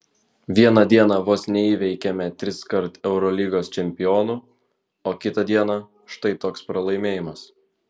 vieną dieną vos neįveikėme triskart eurolygos čempionų o kitą dieną štai toks pralaimėjimas